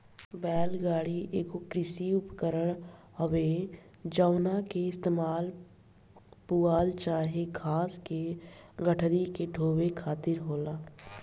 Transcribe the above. बैल गाड़ी एगो कृषि उपकरण हवे जवना के इस्तेमाल पुआल चाहे घास के गठरी के ढोवे खातिर होला